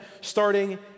starting